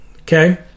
Okay